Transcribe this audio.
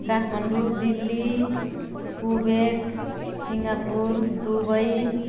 Kathmandu Delhi Kuwait Singapore Dubai